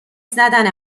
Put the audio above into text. زدن